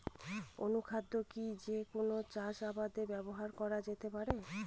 অনুখাদ্য কি যে কোন চাষাবাদে ব্যবহার করা যেতে পারে?